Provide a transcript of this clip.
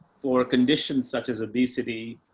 for conditions such as obesity,